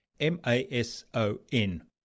M-A-S-O-N